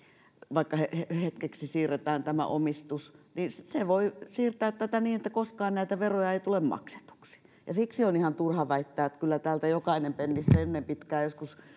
vaikka hetkeksi siirretään tämä omistus niin se voi siirtää tätä niin että koskaan nämä verot eivät tule maksetuksi ja siksi on ihan turha väittää että kyllä täältä jokainen penni sitten ennen pitkää joskus